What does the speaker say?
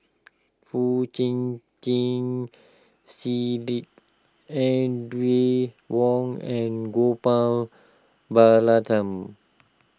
Foo Chee Keng Cedric Audrey Wong and Gopal Baratham